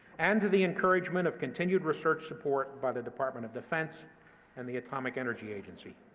and to the encouragement of continued research support by the department of defense and the atomic energy agency.